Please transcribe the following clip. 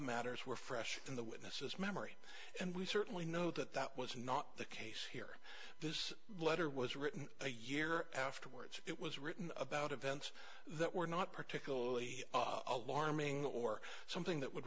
matters were fresh from the witnesses memory and we certainly know that that was not the case here this letter was written a year afterwards it was written about events that were not particularly of warming or something that would